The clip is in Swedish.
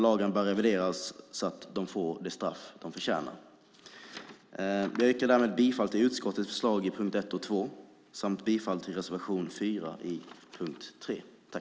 Lagen bör revideras så att de får det straff de förtjänar. Jag yrkar bifall till utskottets förslag under punkterna 1 och 2 och bifall till reservation 4 under punkt 3.